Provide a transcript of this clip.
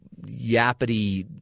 yappity